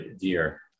dear